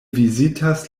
vizitas